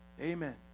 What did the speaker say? Amen